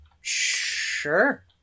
Sure